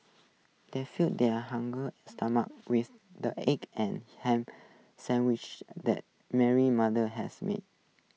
they fed their hunger stomachs with the egg and Ham Sandwiches that Mary's mother had made